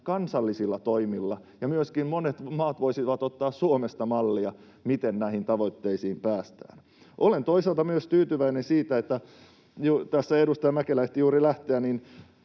kansallisilla toimilla, ja myöskin monet maat voisivat ottaa Suomesta mallia, miten näihin tavoitteisiin päästään. Olen toisaalta myös tyytyväinen siitä — edustaja Mäkelä ehti juuri lähteä